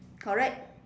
correct